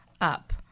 up